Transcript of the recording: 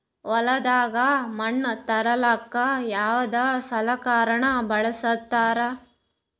ಹೊಲದಾಗ ಮಣ್ ತರಲಾಕ ಯಾವದ ಸಲಕರಣ ಬಳಸತಾರ?